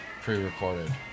pre-recorded